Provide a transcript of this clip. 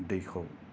दैखौ